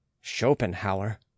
Schopenhauer